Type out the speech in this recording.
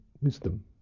wisdom